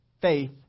faith